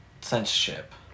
censorship